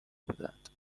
بودند